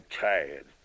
tired